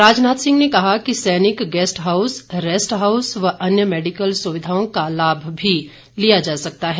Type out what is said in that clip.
राजनाथ सिंह ने कहा कि सैनिक गैस्ट हाउस रेस्ट हाउस व अन्य मेडिकल सुविधाओं का लाभ भी लिया जा सकता है